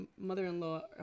mother-in-law